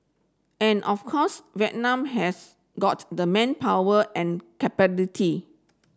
and of course Vietnam has got the manpower and